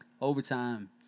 Overtime